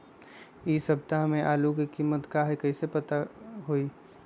इ सप्ताह में आलू के कीमत का है कईसे पता होई?